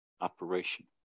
operation